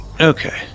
Okay